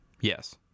Yes